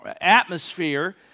atmosphere